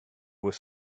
were